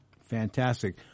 Fantastic